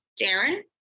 Darren